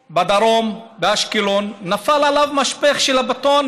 בדרום, באשקלון, נפל עליו משפך של בטון